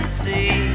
see